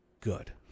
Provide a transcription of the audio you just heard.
good